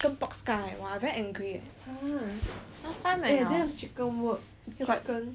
last time when I was got